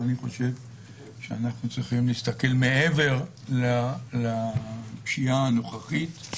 ולכן אני חושב שאנחנו צריכים להסתכל מעבר לפשיעה הנוכחית.